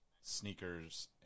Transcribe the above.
sneakers